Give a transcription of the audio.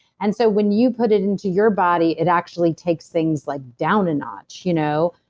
and so when you put it into your body, it actually takes things like down a notch, you know?